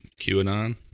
QAnon